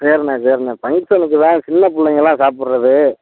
சரிண்ணே சரிண்ணே ஃபங்க்ஷனுக்கு தான் சின்ன பிள்ளைங்கள்லாம் சாப்பிட்றது